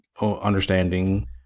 understanding